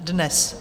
Dnes.